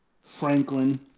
Franklin